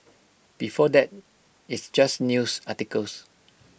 before that it's just news articles